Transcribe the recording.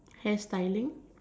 hairstyling